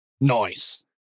Noise